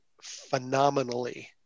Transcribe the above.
phenomenally